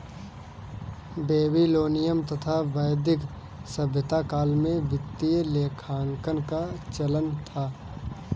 Babylonian तथा वैदिक सभ्यता काल में वित्तीय लेखांकन का चलन था